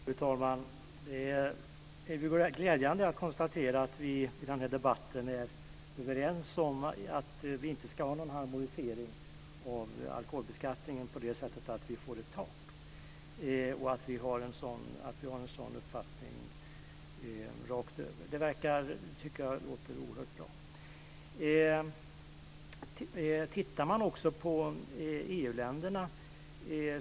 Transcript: Fru talman! Det är glädjande att konstatera att vi i den här debatten är överens om att vi inte ska ha någon harmonisering av alkoholbeskattningen på det sättet att vi får ett tak. Det är glädjande att vi har en sådan uppfattning rakt över. Jag tycker att det låter oerhört bra.